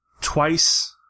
Twice